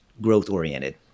growth-oriented